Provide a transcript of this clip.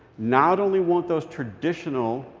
not only won't those traditional,